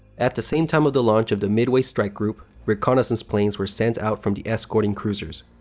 at the same time of the launch of the midway strike group, reconnaissance planes were sent out from the escorting cruisers.